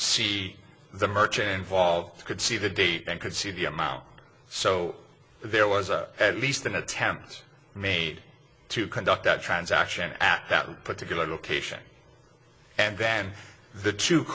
see the merchant involved could see the date and could see the amount so there was a at least an attempt made to conduct that transaction at that particular location and then the two